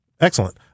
Excellent